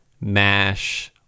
mash